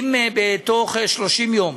אם בתוך 30 יום